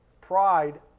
Pride